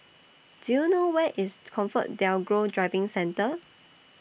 Do YOU know Where IS ComfortDelGro Driving Centre